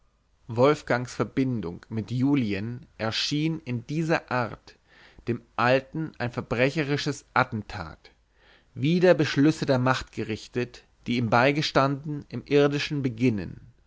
wolfgangs verbindung mit julien erschien in dieser art dem alten ein verbrecherisches attentat wider beschlüsse der macht gerichtet die ihm beigestanden im irdischen beginnen